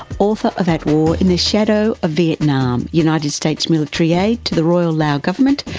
author of at war in the shadow of vietnam united states military aid to the royal lao government,